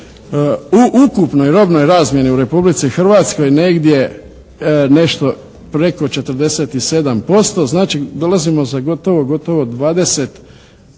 u ukupnoj robnoj razmjeni u Republici Hrvatskoj negdje, nešto preko 47%. Znači dolazimo za gotovo 20%